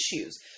issues